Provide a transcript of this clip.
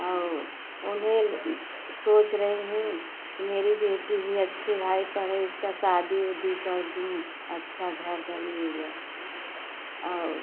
और उन्हें सोच रही हूँ मेरी बेटी भी अच्छी भाई पढ़े उसका शादी ओदी कर दूँ अच्छा घर बन ओन जाए औ